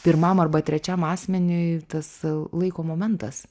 pirmam arba trečiam asmeniui tas laiko momentas